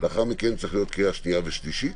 לאחר מכן צריכה להיות קריאה שנייה ושלישית,